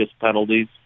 penalties